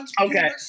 okay